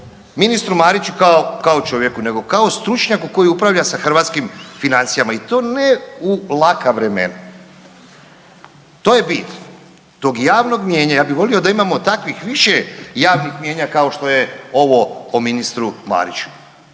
ministru Mariću kao, kao čovjeku, nego kao stručnjaku koji upravlja sa hrvatskim financijama i to ne u laka vremena. To je bit tog javnog mijenja. Ja bih volio da imamo takvih više javnih mijenja kao što je ovo o ministru Mariću